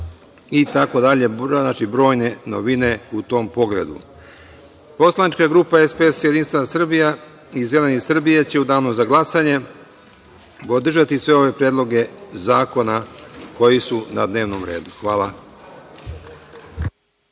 itd, znači, brojne novine u tom pogledu. Poslanička grupa SPS-JS i Zeleni Srbije će u danu za glasanje podržati sve ove predloge zakona koji su na dnevnom redu. Hvala.